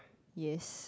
yes